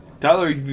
Tyler